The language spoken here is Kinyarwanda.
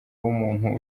w’umuntu